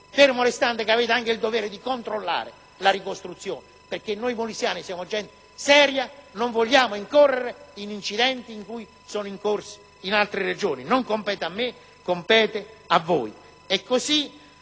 fermo restando che avete anche il dovere di controllare la ricostruzione: perché noi molisani siamo gente seria e non vogliamo incorrere in incidenti come quelli che si sono verificati in altre Regioni. Non compete a me, compete a voi.